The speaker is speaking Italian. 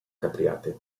capriate